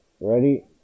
ready